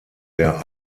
der